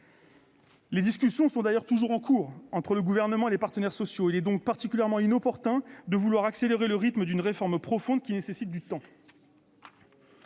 Les discussions sont d'ailleurs toujours en cours entre le Gouvernement et les partenaires sociaux. Il est donc particulièrement inopportun de vouloir accélérer le rythme d'une réforme profonde, qui nécessite du temps.